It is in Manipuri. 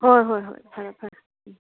ꯍꯣꯏ ꯍꯣꯏ ꯍꯣꯏ ꯐꯔꯦ ꯐꯔꯦ ꯎꯝ